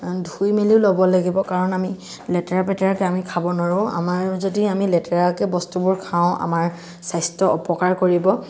ধুই মেলিও ল'ব লাগিব কাৰণ আমি লেতেৰা পেতেৰাকৈ আমি খাব নোৱাৰো আমাৰ যদি আমি লেতেৰাকৈ বস্তুবোৰ খাওঁ আমাৰ স্বাস্থ্য অপকাৰ কৰিব